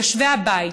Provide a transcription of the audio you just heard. יושבי הבית,